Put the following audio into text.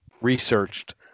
researched